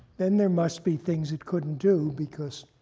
then there must be things it couldn't do because